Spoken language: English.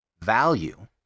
Value